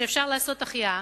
שאפשר לעשות אתם החייאה.